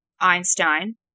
Einstein